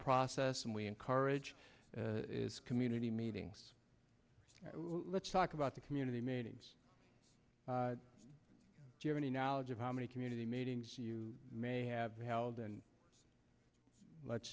process and we encourage community meetings let's talk about the community meetings do you have any knowledge of how many community meetings you may have held and let's